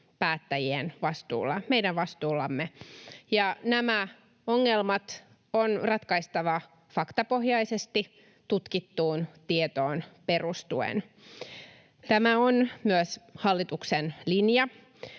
päättäjien vastuulla, meidän vastuullamme. Ja nämä ongelmat on ratkaistava faktapohjaisesti, tutkittuun tietoon perustuen. Tämä on myös hallituksen linja.